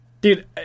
Dude